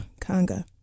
Conga